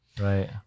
Right